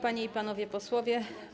Panie i Panowie Posłowie!